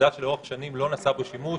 ועובדה שלאורך שנים לא נעשה בו שימוש.